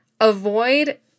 avoid